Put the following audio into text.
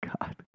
God